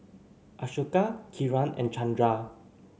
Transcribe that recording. Ashoka Kiran and Chandra